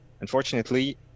Unfortunately